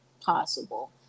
possible